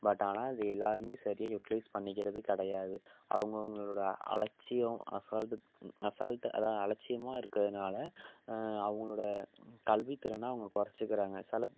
but ஆனால் அதை எல்லாேருமே சரியாக யூடிலைஸ் பண்ணிக்கிறது கிடையாது அவங்கவுங்களோட அலட்சியம் அசால்ட்டு அசால்ட்டு அதுதான் அலட்சியமாக இருக்கிறதுனால அவங்களோட கல்வித் திறனை அவங்க குறைச்சிக்கிறாங்க சிலப்